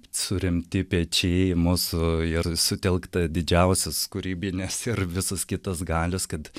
suremti pečiai mūsų ir sutelkta didžiausios kūrybinės ir visos kitos galios kad